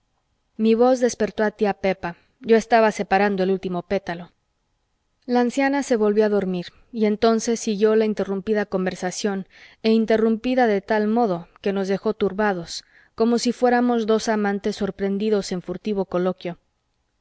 mi voz despertó a tía pepa yo estaba separando el último pétalo la anciana se volvió a dormir y entonces siguió la interrumpida conversación e interrumpida de tal modo que nos dejó turbados como si fuéramos dos amantes sorprendidos en furtivo coloquio